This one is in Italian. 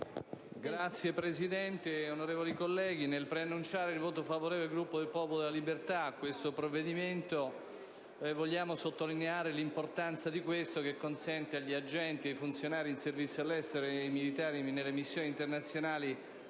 Signora Presidente, onorevoli colleghi, nell'annunciare il voto favorevole del Gruppo del Popolo della Libertà sul provvedimento, voglio sottolineare l'importanza dello stesso, che consente agli agenti, ai funzionari in servizio all'estero e ai militari impegnati nelle missioni internazionali